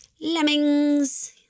Lemmings